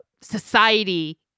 society